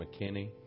McKinney